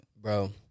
Bro